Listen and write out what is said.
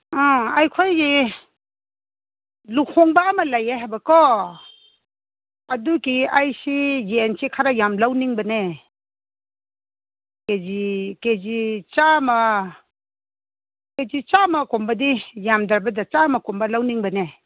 ꯑꯥ ꯑꯩꯈꯣꯏꯒꯤ ꯂꯨꯍꯣꯡꯕ ꯑꯝ ꯂꯩꯌꯦ ꯍꯥꯏꯕꯀꯣ ꯑꯗꯨꯒꯤ ꯑꯩꯁꯤ ꯌꯦꯟꯁꯤ ꯈꯔ ꯌꯥꯝ ꯂꯧꯅꯤꯡꯕꯅꯦ ꯀꯦꯖꯤ ꯀꯦꯖꯤ ꯆꯥꯃ ꯀꯦꯖꯤ ꯆꯥꯃꯒꯨꯝꯕꯗ ꯌꯥꯝꯗ꯭ꯔꯕꯗ ꯆꯥꯃꯒꯨꯝꯕ ꯂꯧꯅꯤꯡꯕꯅꯦ